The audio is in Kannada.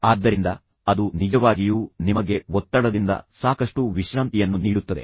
ಆದ್ದರಿಂದ ಅದು ನಿಜವಾಗಿಯೂ ನಿಮಗೆ ಒತ್ತಡದಿಂದ ಸಾಕಷ್ಟು ವಿಶ್ರಾಂತಿಯನ್ನು ನೀಡುತ್ತದೆ